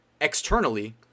externally